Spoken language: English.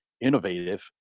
innovative